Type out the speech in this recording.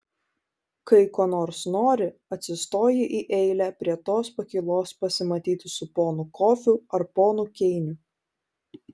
kai ko nors nori atsistoji į eilę prie tos pakylos pasimatyti su ponu kofiu ar ponu keiniu